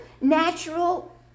natural